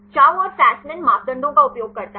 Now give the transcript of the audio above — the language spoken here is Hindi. चाउ और फेसमैन मापदंडों का उपयोग करता है